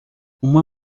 uma